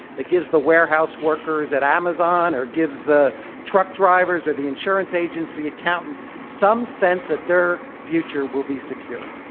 that gives the warehouse workers at amazon, or gives the truck drivers, or the insurance agency accountants some sense that their future will be secure.